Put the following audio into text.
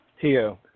Tio